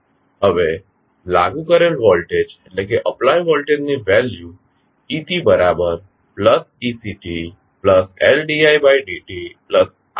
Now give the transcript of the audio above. હવે લાગુ કરેલ વોલ્ટેજ ની વેલ્યુ etectLd itd tRitછે